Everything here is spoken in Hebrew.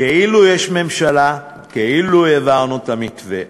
כאילו יש ממשלה, כאילו העברנו את המתווה.